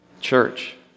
Church